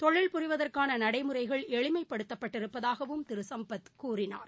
தொழில் புரிவதற்கானநடைமுறைகள் எளிமைப்படுத்தப் பட்டிருப்பதாகவும் திருசம்பத் கூறினார்